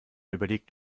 überlegt